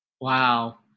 Wow